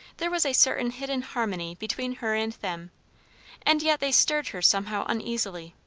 there was a certain hidden harmony between her and them and yet they stirred her somehow uneasily.